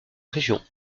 région